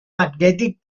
magnètic